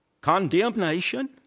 condemnation